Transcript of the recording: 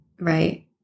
Right